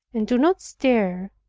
and do not stir,